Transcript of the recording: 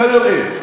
כנראה.